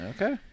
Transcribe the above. Okay